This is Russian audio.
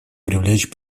привлечь